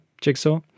Jigsaw